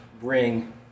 bring